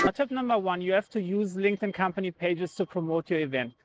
but tip number one, you have to use linkedin company pages to promote your event.